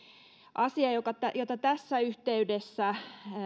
asia jota tässä yhteydessä